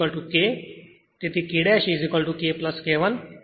તેથી K K K 1